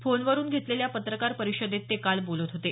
फोनवरून घेतलेल्या पत्रकार परिषदेत ते काल बोलत होते